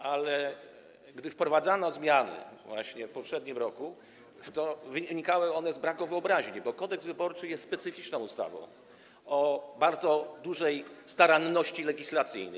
Ale gdy wprowadzano zmiany, właśnie w poprzednim roku, to wynikały one z braku wyobraźni, bo Kodeks wyborczy jest specyficzną ustawą, ustawą o bardzo dużej staranności legislacyjnej.